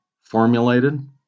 formulated